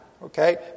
Okay